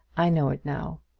i know it now.